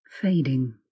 fading